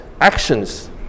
actions